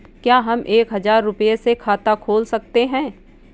क्या हम एक हजार रुपये से खाता खोल सकते हैं?